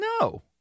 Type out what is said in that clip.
No